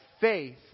faith